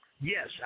Yes